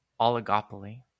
oligopoly